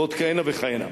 ועוד כהנה וכהנה.